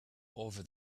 over